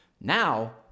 Now